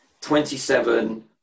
twenty-seven